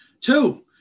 Two